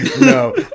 no